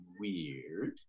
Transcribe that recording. weird